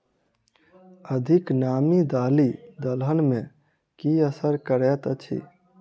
अधिक नामी दालि दलहन मे की असर करैत अछि?